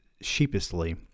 sheepishly